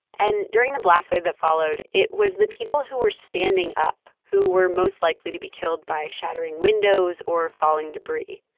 and during the blast wave that followed, it was the people who were standing up who were most likely to be killed by shattering windows or falling debris.